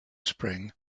spring